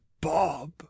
bob